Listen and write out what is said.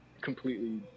completely